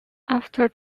after